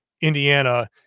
Indiana